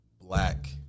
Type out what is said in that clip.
black